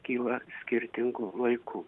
kyla skirtingu laiku